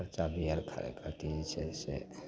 खरचा बिअर करै पड़ै छै से